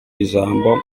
ijambo